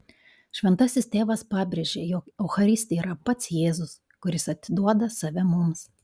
šventasis tėvas pabrėžė jog eucharistija yra pats jėzus kuris atiduoda save mums